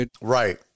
Right